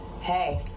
hey